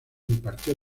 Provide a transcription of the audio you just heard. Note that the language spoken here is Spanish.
impartió